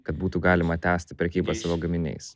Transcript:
kad būtų galima tęsti prekybą savo gaminiais